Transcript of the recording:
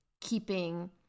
keeping